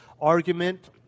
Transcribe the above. argument